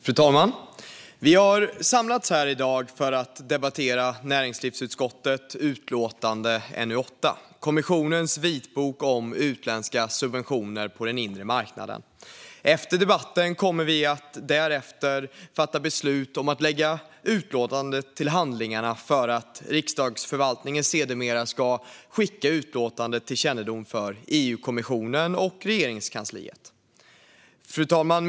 Fru talman! Vi har samlats i dag för att debattera näringsutskottets utlåtande NU8 Kommissionens vitbok om utländska subventioner på den inre marknaden . Efter debatten kommer vi att fatta beslut om att lägga utlåtandet till handlingarna för att Riksdagsförvaltningen sedermera ska skicka utlåtandet för kännedom till EU-kommissionen och till Regeringskansliet. Fru talman!